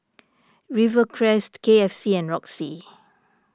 Rivercrest K F C and Roxy